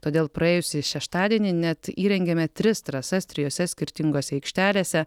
todėl praėjusį šeštadienį net įrengėme tris trasas trijose skirtingose aikštelėse